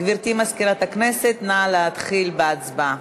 גברתי מזכירת הכנסת, נא להתחיל בהצבעה.